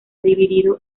dividido